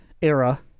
era